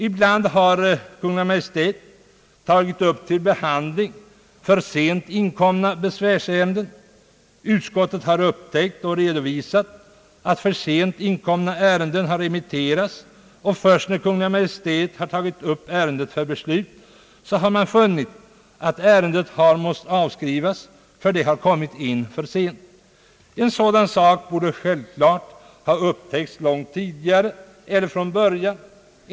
Ibland har Kungl. Maj:t tagit upp till behandling för sent inkomna besvärsärenden. Utskottet har upptäckt och redovisat att för sent inkomna ärenden har remitterats, och först när Kungl. Maj:t har tagit upp ärendet för beslut har man funnit att ärendet har måst avskrivas då det har kommit in för sent. En sådan sak borde självklart ha upptäckts långt tidigare.